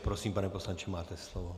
Prosím, pane poslanče, máte slovo.